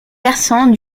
versant